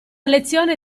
lezione